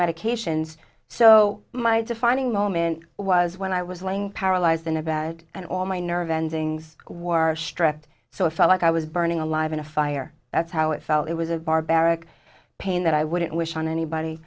medications so my defining moment was when i was laying paralyzed in a bed and all my nerve endings were stripped so it felt like i was burning alive in a fire that's how it felt it was a barbaric pain that i wouldn't wish on anybody